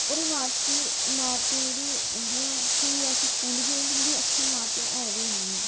होर इमारती इमारती जेह्ड़ी उंदियां केईं ऐसे स्कूल बी हैन की उंदी जेह्ड़ी इमारतां इन्नी अच्छी ऐ बी निं ऐ